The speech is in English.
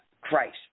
Christ